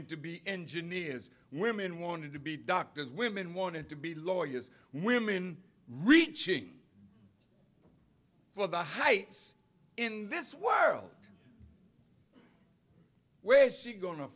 wanting to be engineers women wanted to be doctors women wanted to be lawyers women reaching for the heights in this world where is she go